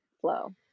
flow